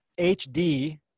hd